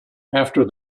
after